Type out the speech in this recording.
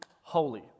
holy